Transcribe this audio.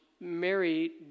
Mary